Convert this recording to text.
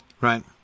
Right